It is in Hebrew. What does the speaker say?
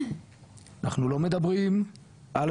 אנחנו לא מדברים על חשוד,